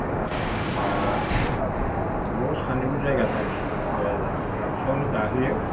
दा एखमबा ज' सानैबो जायगा दाबसे दाबसेयावनो गाहैयो